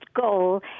goal